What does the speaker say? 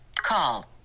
Call